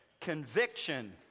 Conviction